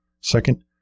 Second